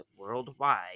worldwide